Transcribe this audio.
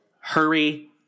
hurry